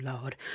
Lord